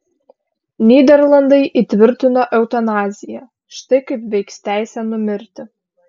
nyderlandai įtvirtino eutanaziją štai kaip veiks teisė numirti